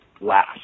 last